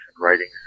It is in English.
writings